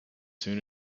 soon